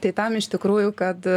tai tam iš tikrųjų kad